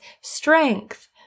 Strength